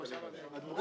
פניות מספר 415 עד 416?